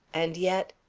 and yet